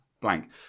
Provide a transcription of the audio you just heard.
Blank